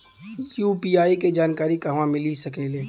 UPI के जानकारी कहवा मिल सकेले?